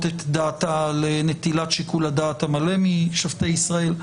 את דעתה לנטילת שיקול הדעת המלא משופטי ישראל.